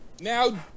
Now